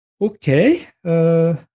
Okay